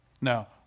Now